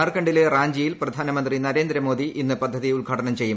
ജാർഖണ്ഡിലെ റാഞ്ചിയിൽ പ്രധാനമന്ത്രി നരേന്ദ്രമോദി ഇന്ന് പദ്ധതി ഉദ്ഘാടനം ചെയ്യും